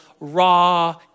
raw